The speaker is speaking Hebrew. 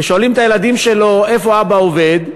ושואלים את הילדים שלו: איפה אבא עובד,